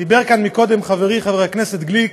דיבר כאן קודם חברי חבר הכנסת גליק